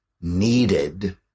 needed